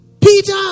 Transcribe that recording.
Peter